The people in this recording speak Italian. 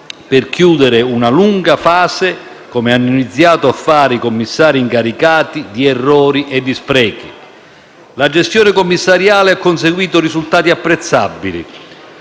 per chiudere una lunga fase, come hanno iniziato a fare i commissari incaricati, di errori e sprechi. La gestione commissariale ha conseguito risultati apprezzabili